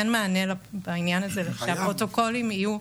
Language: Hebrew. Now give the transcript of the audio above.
וגם הבנה לכאב הרב של אובדן החברים מהיישוב.